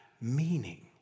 meaning